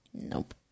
Nope